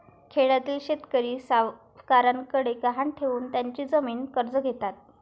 खेड्यातील शेतकरी सावकारांकडे गहाण ठेवून त्यांची जमीन कर्ज घेतात